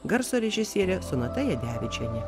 garso režisierė sonata jadevičienė